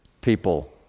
people